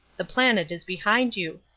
the planet is behind you.